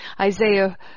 Isaiah